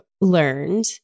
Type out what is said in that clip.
learned